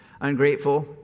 ungrateful